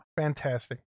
Fantastic